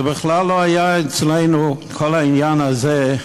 זה בכלל לא היה אצלנו, כל העניין הזה,